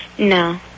No